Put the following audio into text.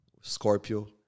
Scorpio